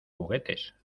juguetes